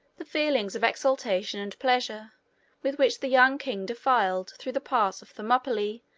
the feelings of exultation and pleasure with which the young king defiled through the pass of thermopylae,